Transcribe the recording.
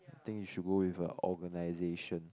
think you should go with a organisation